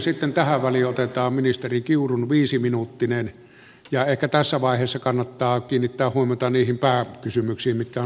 sitten tähän väliin otetaan ministeri kiurun viisiminuuttinen ja ehkä tässä vaiheessa kannattaa kiinnittää huomiota niihin pääkysymyksiin mitkä ovat nousseet